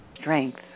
strength